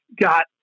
got